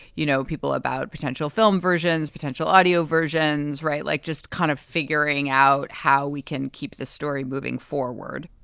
you know, people about potential film versions, potential audio versions. right. like just kind of figuring out how we can keep this story moving forward